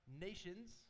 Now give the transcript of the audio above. nations